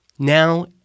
Now